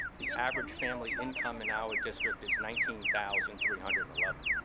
the average family income in our district is nineteen thousand three hundred and eleven.